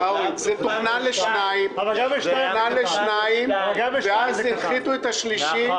זה תוכנן לשניים ואז הנחיתו את השלישי.